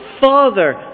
Father